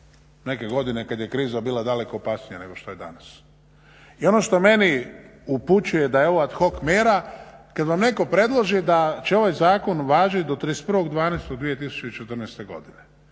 neke godine kad je kriza bila daleko opasnija nego što je danas? I ono što meni upućuje da je ovo ad hoc mjera, kad vam netko predloži da će ovaj zakon važiti do 31.12.2014. godine,